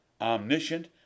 omniscient